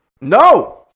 No